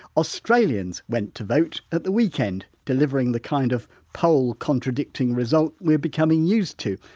australians went to vote at the weekend, delivering the kind of poll contradicting result we're becoming used to,